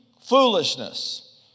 foolishness